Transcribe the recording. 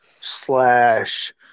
slash